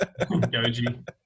Goji